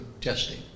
testing